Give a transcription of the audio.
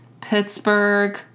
Pittsburgh